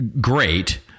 great